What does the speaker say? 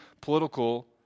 political